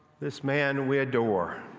this man we adore.